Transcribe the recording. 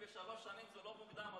73 שנים זה לא מוקדם,